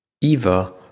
Eva